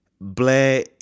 Blair